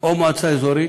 או מועצה אזורית